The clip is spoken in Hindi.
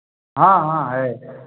हाँ हाँ है है